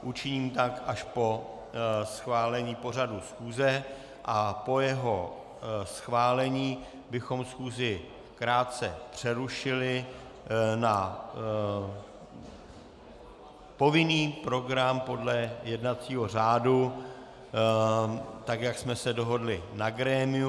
Učiním tak až po schválení pořadu schůze a po jeho schválení bychom schůzi krátce přerušili na povinný program podle jednacího řádu tak, jak jsme se dohodli na grémiu.